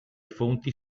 fonti